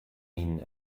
minen